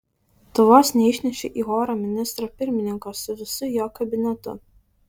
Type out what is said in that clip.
tu vos neišnešei į orą ministro pirmininko su visu jo kabinetu